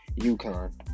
UConn